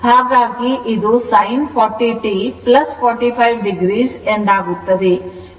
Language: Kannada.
ಹಾಗಾಗಿ ಇದು sin 40 t 45 o ಎಂದಾಗುತ್ತದೆ